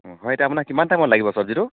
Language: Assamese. হয় এতিয়া আপোনাক কিমান টাইমত লাগিব চব্জিটো